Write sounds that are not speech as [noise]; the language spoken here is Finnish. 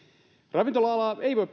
ravintola alaa ei voi [unintelligible]